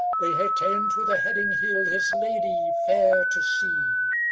they hae ta'en to the heading-hill his lady fair to see